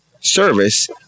service